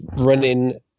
running